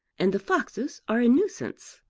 and the foxes are a nuisance.